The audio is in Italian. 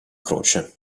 croce